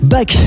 Back